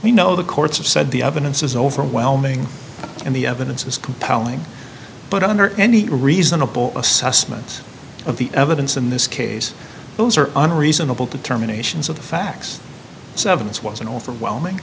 we know the courts have said the evidence is overwhelming and the evidence is compelling but under any reasonable assessment of the evidence in this case those are on reasonable determinations of the facts seven this was an overwhelming